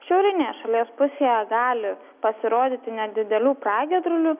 šiaurinėje šalies pusėje gali pasirodyti nedidelių pragiedrulių